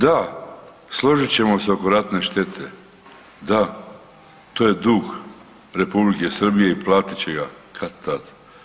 Da, složit ćemo se oko ratne štete, da to je dug Republike Srbije i platit će ga kad-tad.